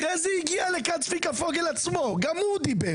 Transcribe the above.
אחרי זה הגיע לכאן צביקה פוגל עצמו וגם הוא דיבר.